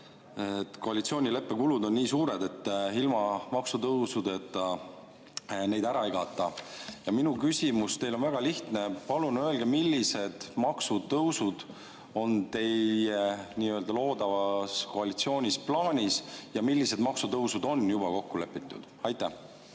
koalitsioonileppe kulud on nii suured, et ilma maksutõusudeta neid ära ei kata. Minu küsimus teile on väga lihtne: palun öelge, millised maksutõusud on teie loodavas koalitsioonis plaanis ja millised maksutõusud on juba kokku lepitud. Aitäh!